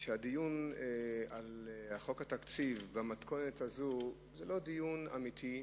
היא שהדיון על חוק התקציב במתכונת הזו הוא לא דיון אמיתי.